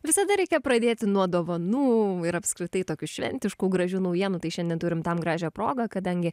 visada reikia pradėti nuo dovanų ir apskritai tokių šventiškų gražių naujienų tai šiandien turim tam gražią progą kadangi